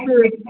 ಹ್ಞೂ